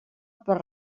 per